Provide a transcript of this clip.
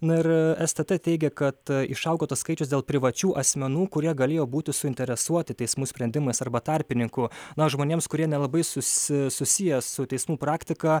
ir stt teigia kad išaugo tas skaičius dėl privačių asmenų kurie galėjo būti suinteresuoti teismų sprendimais arba tarpininkų na žmonėms kurie nelabai susiję susiję su teismų praktika